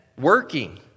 working